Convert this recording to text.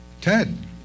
Ted